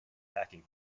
packing